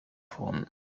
phone